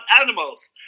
animals